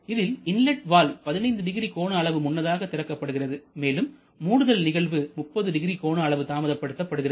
இதில் inlet valve 150 கோண அளவு முன்னதாக திறக்கப்படுகிறது மேலும் மூடுதல் நிகழ்வு 300 கோண அளவு தாமதபடுத்தப்படுகிறது